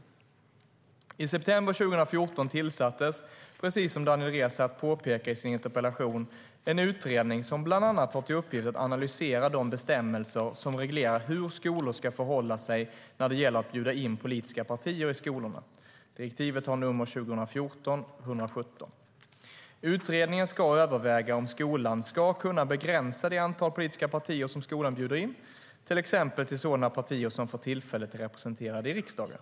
I september 2014 tillsattes, precis som Daniel Riazat påpekar i sin interpellation, en utredning som bland annat har till uppgift att analysera de bestämmelser som reglerar hur skolor ska förhålla sig när det gäller att bjuda in politiska partier i skolorna . Utredningen ska överväga om skolan ska kunna begränsa det antal politiska partier som skolan bjuder in, till exempel till sådana partier som för tillfället är representerade i riksdagen.